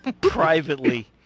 Privately